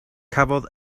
cafodd